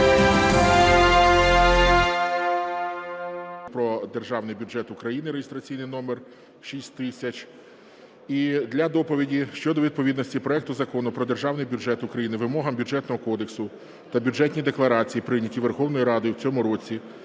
Державний бюджет України